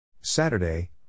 Saturday